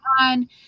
on